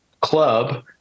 club